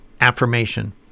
affirmation